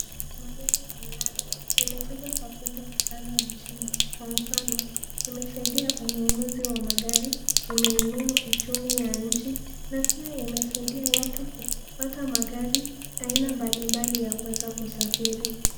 Magari ya mnada imejaza pakubwa sana nchini, kwa mfano imesaidia ununuzi wa magari, imeinua uchumi wa nchi na pia imesaidia watu kupata magari aina mbalimbali ya kuweza kusafiri.